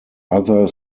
other